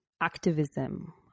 activism